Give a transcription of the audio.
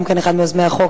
גם אחד מיוזמי הצעת חוק.